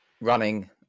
running